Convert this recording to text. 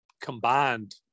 combined